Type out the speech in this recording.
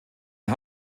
der